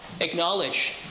Acknowledge